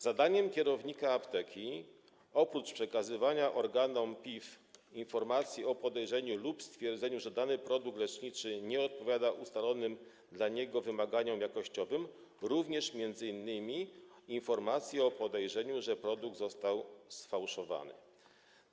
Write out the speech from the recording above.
Zadaniem kierownika apteki, oprócz przekazywania organom PIF informacji o podejrzeniu lub stwierdzeniu, że dany produkt leczniczy nie odpowiada ustalonym dla niego wymaganiom jakościowym, będzie również m.in. przekazywanie informacji o podejrzeniu, że produkt został sfałszowany.